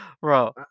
bro